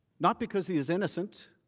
not because he is innocent.